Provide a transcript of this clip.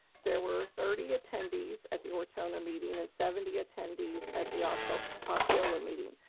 there were thirty attendees at the ortona meeting and seventy attendees at the ah so osceola meeting.